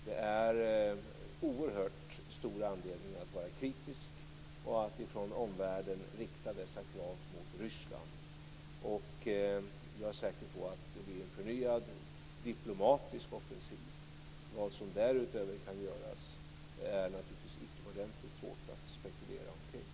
Det finns mycket stor anledning att vara kritisk och att från omvärlden rikta dessa krav mot Ryssland. Jag är säker på att det blir en förnyad diplomatisk offensiv. Vad som därutöver kan göras är det naturligtvis utomordentligt svårt att spekulera i.